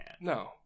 No